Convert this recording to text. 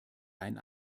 ein